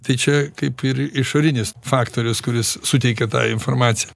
tai čia kaip ir išorinis faktorius kuris suteikia tą informaciją